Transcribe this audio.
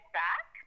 back